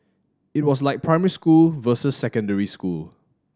it was like primary school versus secondary school